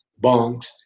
bongs